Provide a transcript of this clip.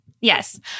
Yes